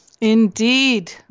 Indeed